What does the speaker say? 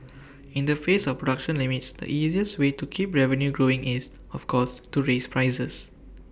in the face of production limits the easiest way to keep revenue growing is of course to raise prices